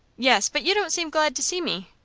yes but you don't seem glad to see me?